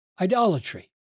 idolatry